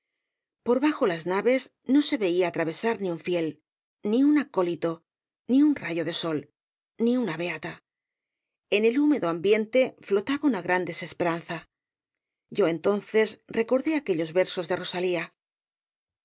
por bajo las naves no se veía atravesar ni un fiel ni un acólito ni un rayo de sol ni una beata en el húmedo ambiente flotaba una gran desesperanza yo entonces recordé aquellos versos de rosalía